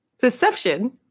Perception